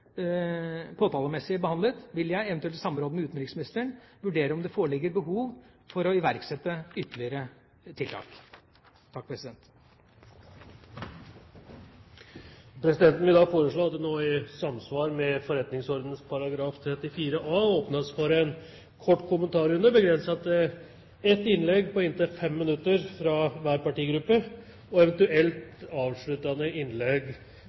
påtalemessig behandlet, vil jeg, eventuelt i samråd med utenriksministeren, vurdere om det foreligger behov for å iverksette ytterligere tiltak. Presidenten vil foreslå at det i samsvar med forretningsordenens § 34 a nå åpnes for en kort kommentarrunde, begrenset til ett innlegg på inntil 5 minutter fra hver partigruppe og eventuelt et avsluttende innlegg